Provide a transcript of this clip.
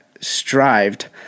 strived